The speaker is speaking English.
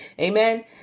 Amen